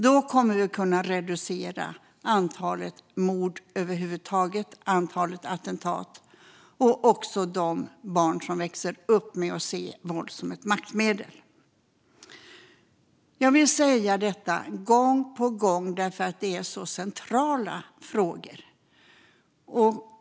Då kommer vi att kunna reducera såväl antalet mord och attentat som antalet barn som växer upp med att se våld som ett maktmedel. Jag säger detta gång på gång därför att det här är så centrala frågor.